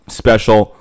special